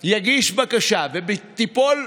כהצעת הוועדה, נתקבלו.